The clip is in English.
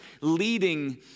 leading